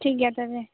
ᱴᱷᱤᱠ ᱜᱮᱭᱟ ᱛᱚᱵᱮ